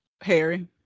Harry